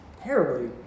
terribly